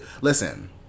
Listen